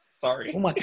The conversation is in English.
sorry